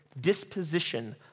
disposition